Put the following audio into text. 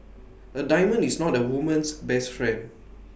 A diamond is not A woman's best friend